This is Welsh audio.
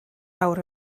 awr